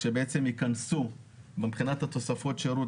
כשבעצם ייכנסו מבחינת תוספות השירות